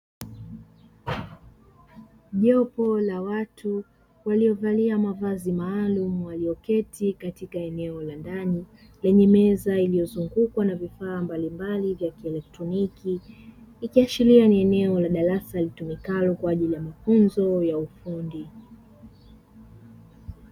Jopo la watu waliovalia mavazi maalumu walioketi katika eneo la ndani lenye meza ilizoungukwa na vifaa mbalimbali vya kielektroniki, ikiashiria ni eneo la darasa litumikalo kwa ajili ya mafunzo ya ufundi.